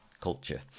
culture